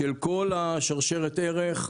של כל השרשרת ערך,